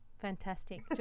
Fantastic